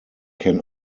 can